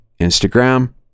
Instagram